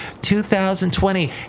2020